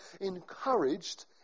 encouraged